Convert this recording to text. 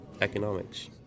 economics